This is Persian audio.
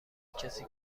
کسی